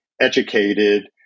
educated